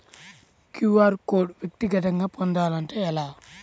QR code వ్యక్తిగతంగా పొందాలంటే ఎలా?